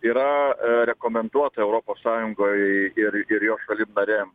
yra rekomenduota europos sąjungoj ir ir jos šalim narėm